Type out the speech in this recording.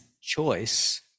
choice